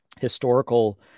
historical